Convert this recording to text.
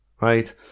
right